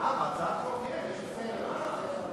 חבר הכנסת מאיר פרוש,